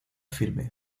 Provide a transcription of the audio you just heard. firme